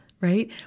right